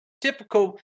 typical